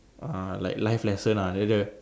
uh like life lesson lah like the